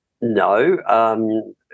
No